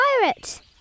pirate